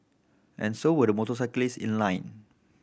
and so were the motorcyclist in line